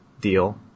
Deal